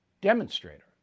demonstrator